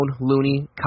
Looney